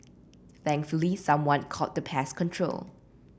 thankfully someone called the pest control